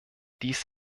dies